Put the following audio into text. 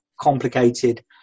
complicated